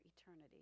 eternity